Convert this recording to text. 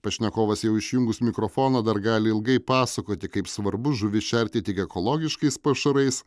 pašnekovas jau išjungus mikrofoną dar gali ilgai pasakoti kaip svarbu žuvis šerti tik ekologiškais pašarais